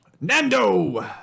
Nando